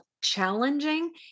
challenging